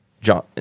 John